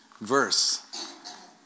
verse